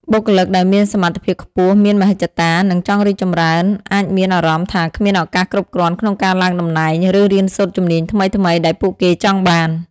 បុគ្គលិកដែលមានសមត្ថភាពខ្ពស់ មានមហិច្ឆតា និងចង់រីកចម្រើន អាចមានអារម្មណ៍ថាគ្មានឱកាសគ្រប់គ្រាន់ក្នុងការឡើងតំណែង ឬរៀនសូត្រជំនាញថ្មីៗដែលពួកគេចង់បាន។